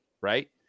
right